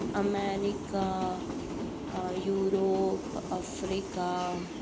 America Europe Africa